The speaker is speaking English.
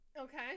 okay